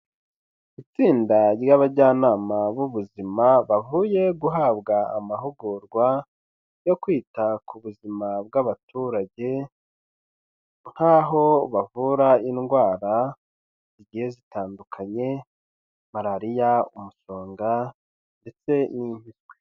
Itsinda ry'abajyanama b'ubuzima bavuye guhabwa amahugurwa yo kwita ku buzima bw'abaturage nk'aho bavura indwara zigiye zitandukanye, malariya, umusonga ndetse n'impiswi.